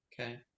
okay